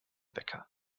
wecker